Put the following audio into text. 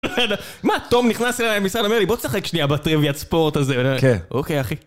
מה? תום נכנס אליי למשרד אומר לי בואי נשחק שנייה בטריווית ספורט הזה כן אוקיי אחי